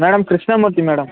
madam Krishnamurthy madam